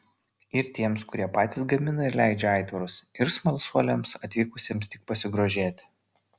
ir tiems kurie patys gamina ir leidžia aitvarus ir smalsuoliams atvykusiems tik pasigrožėti